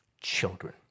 Children